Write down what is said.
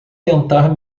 tentar